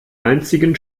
einzigen